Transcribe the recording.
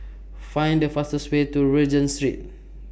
Find The fastest Way to Regent Street